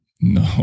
no